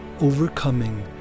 overcoming